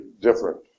different